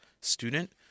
student